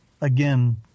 again